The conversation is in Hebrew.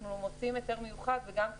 אנחנו מוציאים היתר מיוחד וגם,